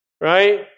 right